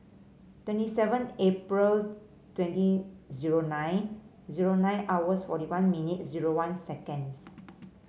twenty seven April twenty zero nine zero nine hours forty one minutes zero one seconds